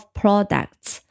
products